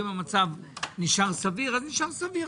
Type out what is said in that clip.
אם המצב נשאר סביר אז נשאר סביר,